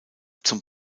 zum